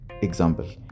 example